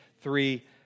three